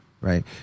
right